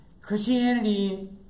Christianity